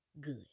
good